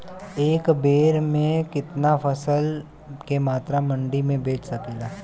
एक बेर में कितना फसल के मात्रा मंडी में बेच सकीला?